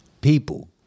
people